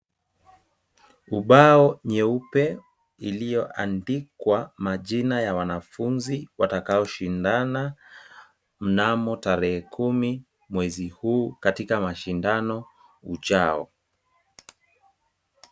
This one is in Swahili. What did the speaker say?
Ubao nyeupe iliyoandikwa majina ya wanafunzi watakaoshindana mnamo tarehe kumi mwezi huu katika mashindano ujao.